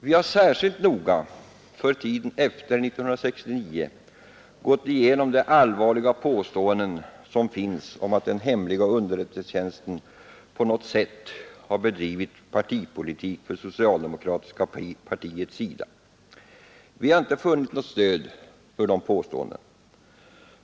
Vi har särskilt noga, för tiden efter 1969, gått igenom de allvarliga påståenden som gjorts om att den hemliga underrättelsetjänsten på något sätt har bedrivit partipolitik för socialdemokratiska partiets räkning. Vi har inte funnit något stöd för de påståendena.